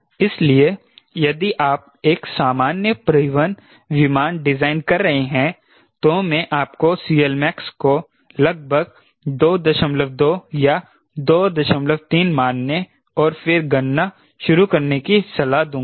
इसलिए यदि आप एक सामान्य परिवहन विमान डिजाइन कर रहे हैं तो मैं आपको CLmax को लगभग 22 या 23 मानने और फिर गणना शुरू करने की सलाह दूंगा